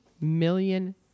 million